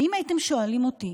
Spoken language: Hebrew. ואם הייתם שואלים אותי